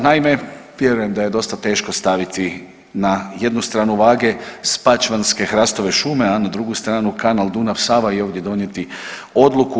Naime, vjerujem da je dosta teško staviti na jednu stranu vage spačvanske hrastove šume, a na drugu stranu kanal Dunav – Sava i ovdje donijeti odluku.